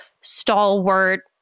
stalwart